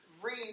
read